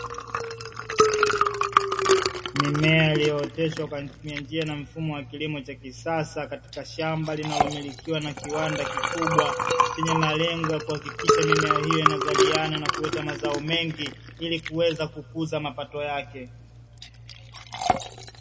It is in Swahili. Mimea iliyooteshwa kwa kutumia njia na mfumo wa kilimo cha kisasa katika shamba linalomilikiwa na kiwanda kikubwa, chenye malengo ya kuhakikisha mimea hiyo inazaliana na kuleta mazao mengi, ili kuweza kukuza mapato yake.